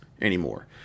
anymore